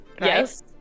Yes